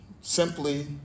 Simply